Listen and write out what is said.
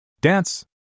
Dance